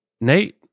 nate